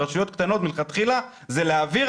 ברשויות קטנות מלכתחילה זה להעביר,